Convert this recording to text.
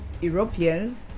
Europeans